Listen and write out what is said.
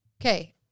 okay